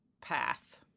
path